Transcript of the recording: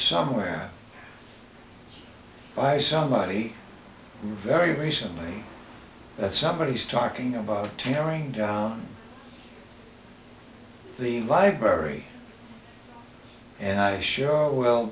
somewhere by somebody very recently that somebody is talking about tearing down the vibratory and i sure will